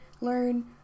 learn